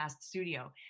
studio